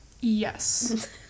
Yes